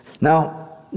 Now